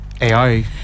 AI